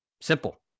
Simple